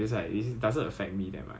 他 originally I think